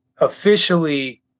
officially